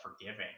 forgiving